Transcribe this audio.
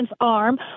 arm